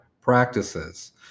practices